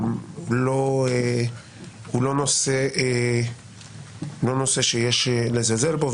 הוא לא נושא שיש לזלזל בו,